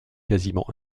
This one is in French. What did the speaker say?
quasiment